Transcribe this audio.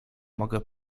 mogę